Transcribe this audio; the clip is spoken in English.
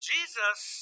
Jesus